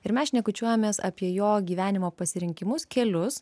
ir mes šnekučiuojamės apie jo gyvenimo pasirinkimus kelius